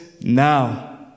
now